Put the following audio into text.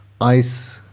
ice